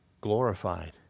Glorified